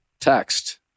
text